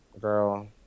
girl